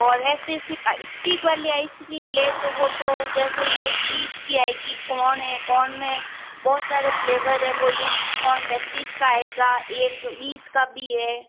और ऐसे सिर्फ़ स्टिक वाली आइसक्रीम ले तो वो तो जैसे एक बीस की आएगी कोन है कोन में बहुत सारे फ़्लेवर हैं वो एक कोन पैंतीस का आएगा एक बीस का भी है